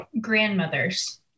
Grandmothers